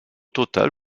total